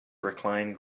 reclined